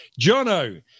Jono